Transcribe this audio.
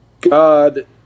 God